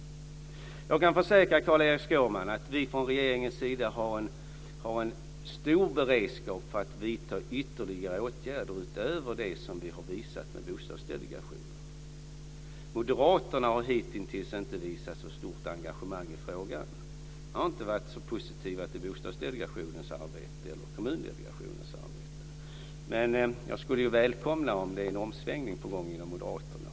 Jag kan försäkra Carl-Erik Skårman att vi från regeringens sida har en stor beredskap för att vidta ytterligare åtgärder utöver de som vi har visat genom Bostadsdelegationen. Moderaterna har hitintills inte visat så stort engagemang i frågan. Ni har inte varit så positiva till Bostadsdelegationens eller Kommundelegationens arbete. Men jag skulle ju välkomna om det vore en omsvängning på gång inom Moderaterna.